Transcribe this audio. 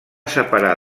separar